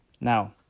Now